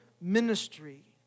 ministry